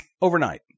overnight